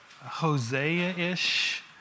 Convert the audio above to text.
Hosea-ish